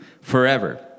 forever